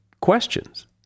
questions